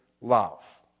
love